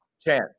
chance